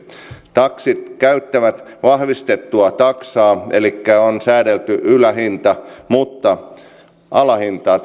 taksit käyttävät vahvistettua taksaa elikkä on säädelty ylähinta mutta alahintaa